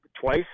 twice